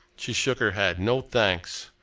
she shook her head. no, thanks!